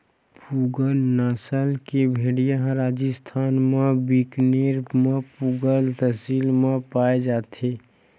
पूगल नसल के भेड़िया ह राजिस्थान म बीकानेर म पुगल तहसील म पाए जाथे